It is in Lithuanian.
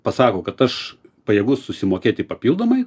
pasako kad aš pajėgus susimokėti papildomai